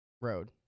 road